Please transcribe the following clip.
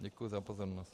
Děkuji za pozornost.